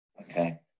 Okay